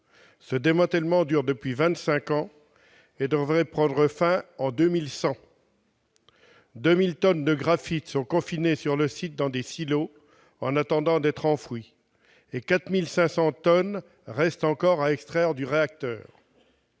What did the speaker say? Ce démantèlement dure depuis 25 ans et devrait prendre fin en 2100. Sur le site, 2 000 tonnes de graphite sont confinées dans des silos en attendant d'être enfouies, et 4 500 tonnes restent encore à extraire du réacteur.